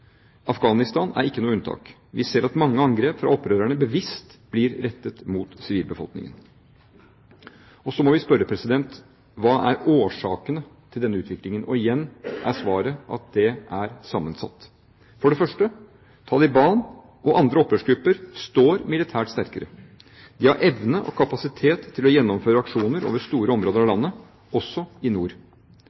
Afghanistan er ikke noe unntak. Vi ser at mange angrep fra opprørerne bevisst blir rettet mot sivilbefolkningen. Så må vi spørre: Hva er årsakene til denne utviklingen? Igjen er svaret: De er sammensatte. For det første: Taliban og andre opprørsgrupper står militært sterkere. De har evne og kapasitet til å gjennomføre aksjoner over store områder av landet, også i nord.